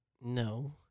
No